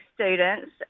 students